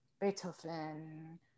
beethoven